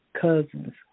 cousins